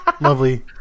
lovely